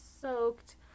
soaked